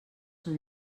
són